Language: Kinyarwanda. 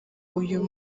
uyu